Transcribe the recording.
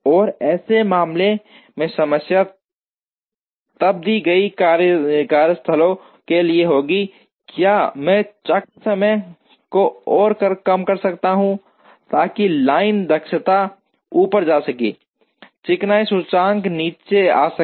और ऐसे मामले में समस्या तब दी गई कार्यस्थलों के लिए होगी क्या मैं चक्र समय को और कम कर सकता हूं ताकि लाइन दक्षता ऊपर जा सके चिकनाई सूचकांक नीचे आ सके